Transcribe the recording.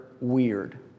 weird